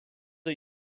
are